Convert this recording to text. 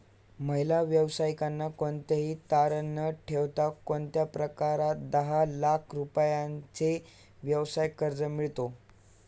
महिला व्यावसायिकांना कोणतेही तारण न ठेवता कोणत्या प्रकारात दहा लाख रुपयांपर्यंतचे व्यवसाय कर्ज मिळतो?